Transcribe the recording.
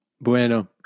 bueno